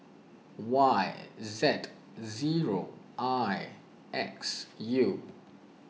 Y Z zero I X U